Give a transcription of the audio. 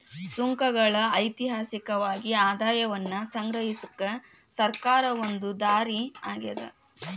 ಸುಂಕಗಳ ಐತಿಹಾಸಿಕವಾಗಿ ಆದಾಯವನ್ನ ಸಂಗ್ರಹಿಸಕ ಸರ್ಕಾರಕ್ಕ ಒಂದ ದಾರಿ ಆಗ್ಯಾದ